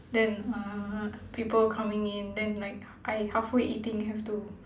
then uh people coming in then like I halfway eating have to